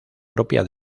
propia